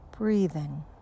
Breathing